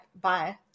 bye